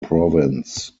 province